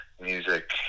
music